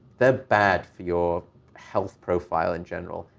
they're bad for your health profile in general.